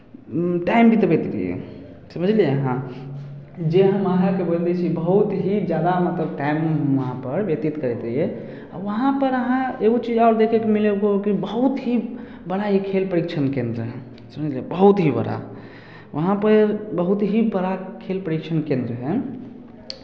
time बितबैत रहियै समझलियै अहाँ जे हम अहाँके बोलै छी बहुत ही जादा मतलब टाइम हम वहाँपर व्यतीत करैत रहियै वहाँपर अहाँ एगो चीज आओर देखयके मिलै ओहो कि बहुत ही बड़ा एक खेल परीक्षण केन्द्र हइ समझलियै बहुत ही बड़ा वहाँपर बहुत ही बड़ा खेल परीक्षण केन्द्र हइ